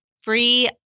free